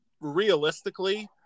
realistically